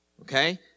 Okay